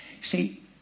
See